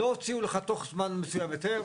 לא הוציאו לך בתוך זמן מסוים היתר,